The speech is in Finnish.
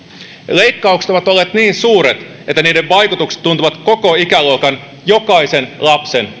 leikkaukset ovat olleet niin suuret että niiden vaikutukset tuntuvat koko ikäluokan jokaisen lapsen